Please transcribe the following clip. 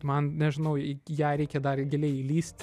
man nežinau į ją reikia dar giliai įlįst